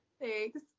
thanks